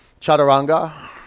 Chaturanga